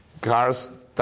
cars